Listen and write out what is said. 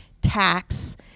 tax